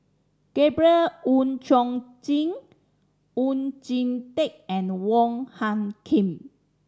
Gabriel Oon Chong Jin Oon Jin Teik and Wong Hung Khim